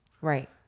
Right